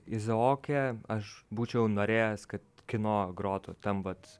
izaoke aš būčiau norėjęs kad kino grotų tam vat